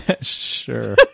Sure